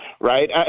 right